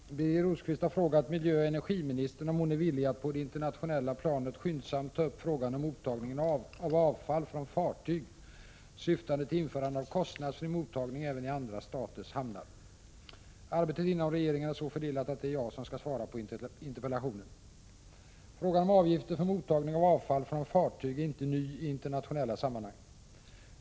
Herr talman! Birger Rosqvist har frågat miljöoch energiministern om hon är villig att på det internationella planet skyndsamt ta upp frågan om mottagning av avfall från fartyg syftande till införande av kostnadsfri mottagning även i andra staters hamnar. Arbetet inom regeringen är så fördelat att det är jag som skall svara på interpellationen. Frågan om avgifter för mottagning av avfall från fartyg är inte ny i internationella sammanhang.